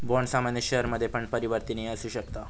bond सामान्य शेयरमध्ये पण परिवर्तनीय असु शकता